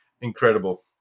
Incredible